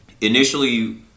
initially